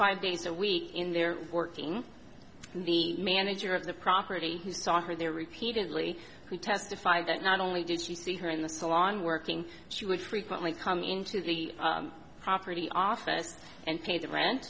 five days a week in there working the manager of the property who saw her there repeatedly who testified that not only did she see her in the salon working she would frequently come into the property office and pay the rent